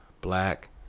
Black